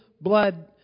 blood